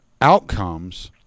outcomes